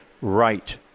right